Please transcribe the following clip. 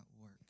work